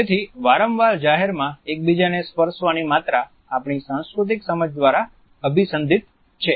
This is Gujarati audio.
તેથી વારંવાર જાહેરમાં એકબીજાને સ્પર્શવાની માત્રા આપણી સાંસ્કૃતિક સમજ દ્વારા અભિસંધિત છે